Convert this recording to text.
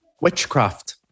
Witchcraft